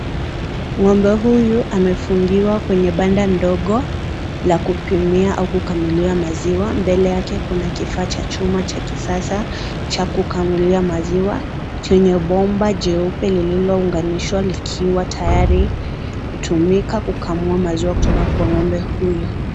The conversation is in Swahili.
Ng'ombe huyu amefungiwa kwenye banda ndogo la kupimia au kukamulia maziwa, mbele yake Kuna kifaa Cha chuma Cha kisasaa Cha kukamulia maziwa chenye bomba jeupe lilounganishwa likiwa tayari kutumika kukamua maziwa kutoka kwa Ng'ombe huyo.